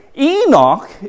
Enoch